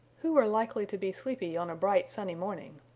who are likely to be sleepy on a bright sunny morning?